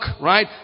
right